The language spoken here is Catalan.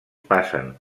passen